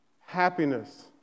happiness